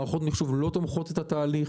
מערכות המחשוב לא תומכות בתהליך,